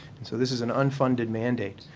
and so this is an unfunded mandate.